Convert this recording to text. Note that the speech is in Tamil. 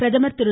பிரதமர் திரு